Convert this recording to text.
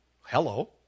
Hello